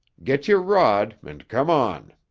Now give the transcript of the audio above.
get your rod and come on.